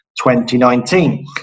2019